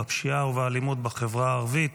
בפשיעה ובאלימות בחברה הערבית